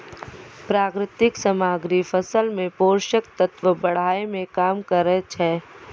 प्राकृतिक सामग्री फसल मे पोषक तत्व बढ़ाय में काम करै छै